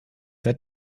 der